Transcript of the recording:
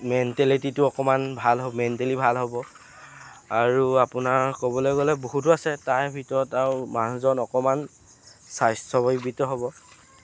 মেণ্টেলিটীটো অকণমান ভাল হ'ব মেণ্টেলি ভাল হ'ব আৰু আপোনাৰ ক'বলৈ গ'লে বহুতো আছে তাৰ ভিতৰত আৰু মানুহজন অকণমান স্বাস্থ্যৱিত হ'ব